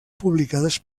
publicades